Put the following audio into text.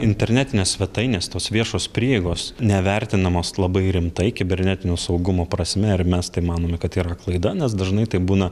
internetinės svetainės tos viešos prieigos nevertinamos labai rimtai kibernetinio saugumo prasme ir mes tai manome kad tai yra klaida nes dažnai tai būna